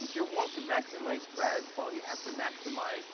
if you want to maximize spread, well, you have to maximize